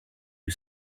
you